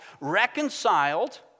reconciled